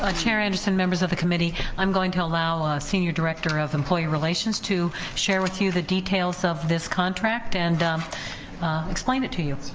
ah chair anderson, members of the committee, i'm going to allow ah senior director of employee relations to share with you the details of this contract and explain it to you.